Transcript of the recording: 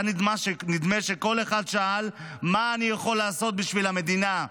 היה נדמה שכל אחד שאל: מה אני יכול לעשות בשביל המדינה?